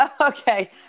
Okay